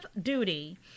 duty